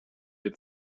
had